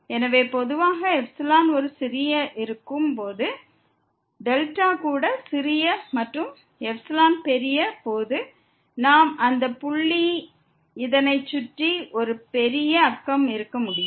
எனவே பொதுவாக ε ஒரு சிறியதாக இருக்கும் போது δ கூட சிறியதாக இருக்கும் மற்றும் ε பெரியதாக இருக்கும் போது அந்த இடத்த சுற்றி ஒரு பெரிய நெய்பர்ஹுட் இருக்க முடியும்